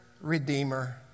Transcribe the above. redeemer